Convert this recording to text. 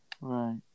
Right